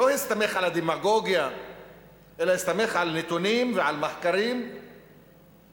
לא הסתמך על הדמגוגיה אלא הסתמך על נתונים ועל מחקרים מהימנים.